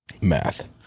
Math